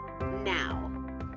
now